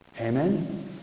Amen